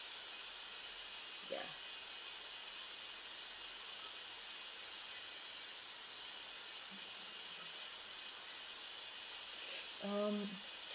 ya um